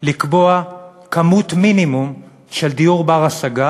לקבוע כמות מינימום של דירות בנות-השגה